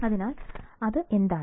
അതിനാൽ അത് എന്താണ്